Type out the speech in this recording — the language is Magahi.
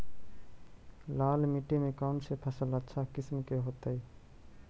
लाल मिट्टी में कौन से फसल अच्छा किस्म के होतै?